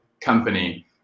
company